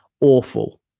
awful